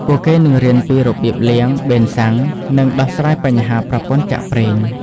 ពួកគេនឹងរៀនពីរបៀបលាង ប៊េនសាំង និងដោះស្រាយបញ្ហាប្រព័ន្ធចាក់ប្រេង។